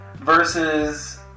versus